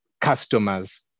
customers